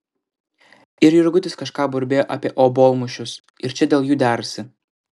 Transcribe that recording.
ir jurgutis kažką burbėjo apie obuolmušius ir čia dėl jų derasi